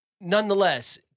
nonetheless